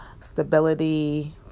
stability